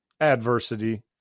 adversity